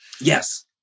Yes